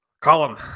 column